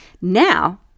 Now